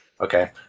Okay